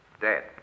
Dead